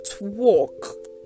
walk